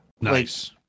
Nice